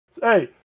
Hey